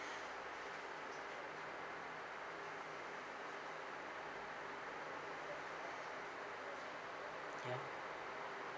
ya